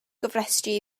gofrestru